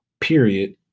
period